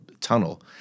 tunnel